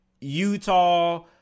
utah